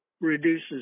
reduces